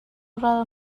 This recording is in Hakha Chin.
ral